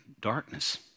darkness